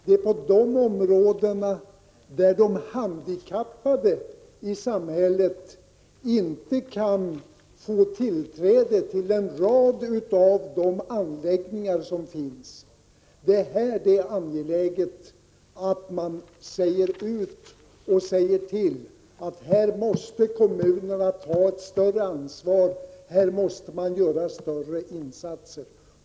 Det finns handikappade i samhället som inte kan få tillträde till en rad anläggningar som finns, och det är för dessa människors skull som det är angeläget att framhålla att kommunerna måste ta ett större ansvar och göra större insatser.